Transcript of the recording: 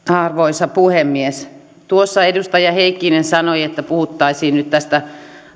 arvoisa puhemies tuossa edustaja heikkinen sanoi että puhuttaisiin nyt tästä